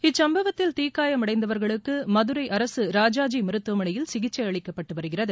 இச்சுப்பவத்தில் தீக்காயம் அடைந்தவர்களுக்கு மதுரை அரசு ராஜாஜி மருத்துவமனையில் சிகிச்சை அளிக்கக்கப்பட்டு வருகிறது